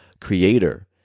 creator